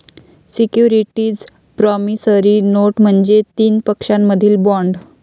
securities promissory note म्हणजे तीन पक्षांमधील बॉण्ड